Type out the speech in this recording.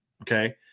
okay